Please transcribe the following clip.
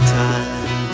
time